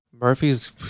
Murphy's